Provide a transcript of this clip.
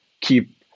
keep